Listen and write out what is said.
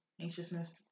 anxiousness